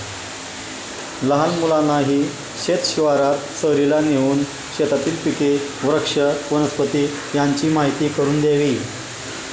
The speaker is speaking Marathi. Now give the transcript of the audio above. लहान मुलांनाही शेत शिवारात सहलीला नेऊन शेतातील पिके, वृक्ष, वनस्पती यांची माहीती करून द्यावी